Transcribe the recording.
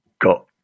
got